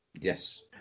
yes